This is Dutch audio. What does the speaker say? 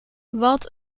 wat